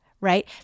right